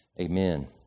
amen